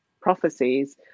prophecies